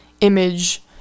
Image